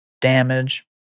damage